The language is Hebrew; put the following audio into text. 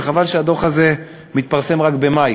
וחבל שהדוח הזה מתפרסם רק במאי,